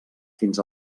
fins